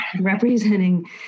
representing